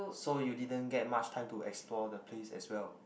so you didn't get much time to explore the place as well